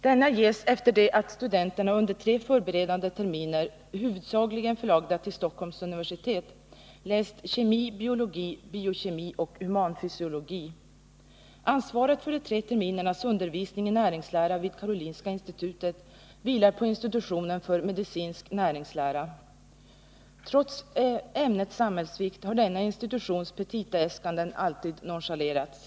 Denna ges efter det att studenterna under tre förberedande terminer, varvid studierna huvudsakligen är förlagda till Stockholms universitet, läst kemi, biologi, biokemi och humanfysiologi. Ansvaret för de tre terminernas undervisning i näringslära vid Karolinska institutet vilar på institutionen för medicinsk näringslära. Trots ämnets samhällsvikt har denna institutions petitaäskanden alltid nonchalerats.